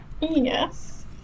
Yes